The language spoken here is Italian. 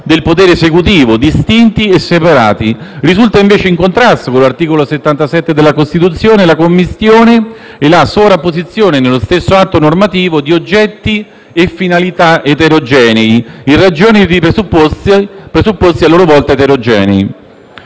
del potere esecutivo distinti e separati. Risultano invece in contrasto con l'articolo 77 della Costituzione la commistione e la sovrapposizione, nello stesso atto normativo, di oggetti e finalità eterogenei, in ragione di presupposti, a loro volta, eterogenei».